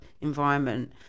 environment